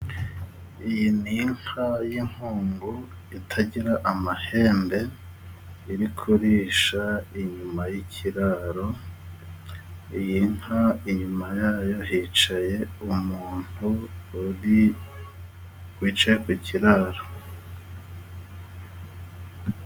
Iyi ni inka y'inkungu itagira amahembe, iri kurisha inyuma y'ikiraro, iyi nka inyuma yayo hicaye umuntu uri wicaye ku kiraro.